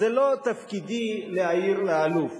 זה לא תפקידי להעיר לאלוף.